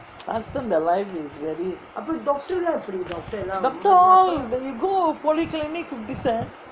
last time the life is very doctor all you go polyclinic fifty cent